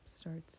starts